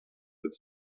with